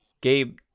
Gabe